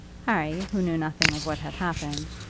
harry, who knew nothing of what had happened,